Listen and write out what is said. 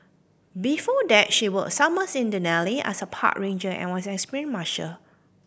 before that she worked summers in Denali as a park ranger and was an experienced musher